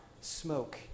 smoke